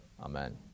Amen